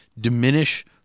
diminish